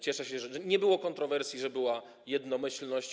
Cieszę się, że nie było kontrowersji, że była jednomyślność.